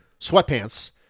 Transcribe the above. sweatpants